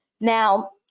Now